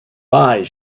eyes